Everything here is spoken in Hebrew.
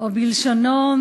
או בלשונו: